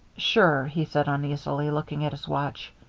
sure, he said uneasily, looking at his watch.